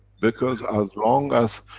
because, as long as,